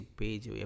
page